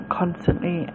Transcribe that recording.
constantly